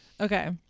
Okay